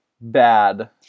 bad